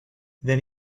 then